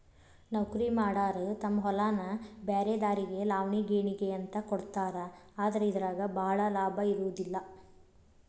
ನೌಕರಿಮಾಡಾರ ತಮ್ಮ ಹೊಲಾನ ಬ್ರ್ಯಾರೆದಾರಿಗೆ ಲಾವಣಿ ಗೇಣಿಗೆ ಅಂತ ಕೊಡ್ತಾರ ಆದ್ರ ಇದರಾಗ ಭಾಳ ಲಾಭಾ ಇರುದಿಲ್ಲಾ